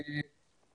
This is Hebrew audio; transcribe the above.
והרווחה.